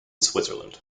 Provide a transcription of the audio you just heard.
switzerland